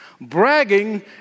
Bragging